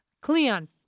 Cleon